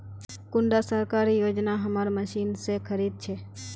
कुंडा सरकारी योजना हमार मशीन से खरीद छै?